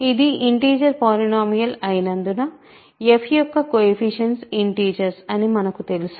ఇది integer polynomial అయినందున f యొక్క కొయెఫిషియంట్స్ ఇంటిజర్స్ అని మనకు తెలుసు